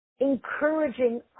encouraging